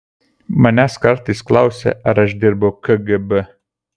manęs kartais klausia ar aš dirbau kgb